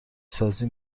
سازی